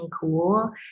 cool